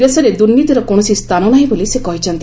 ଦେଶରେ ଦୁର୍ନୀତିର କୌଣସି ସ୍ଥାନ ନାହିଁ ବୋଲି ସେ କହିଛନ୍ତି